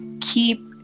keep